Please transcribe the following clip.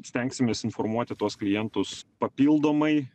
stengsimės informuoti tuos klientus papildomai